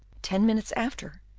ten minutes after,